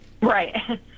Right